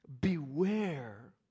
beware